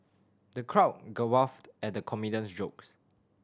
the crowd guffawed at the comedian's jokes